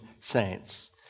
saints